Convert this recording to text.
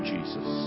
Jesus